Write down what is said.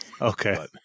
Okay